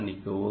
மன்னிக்கவும்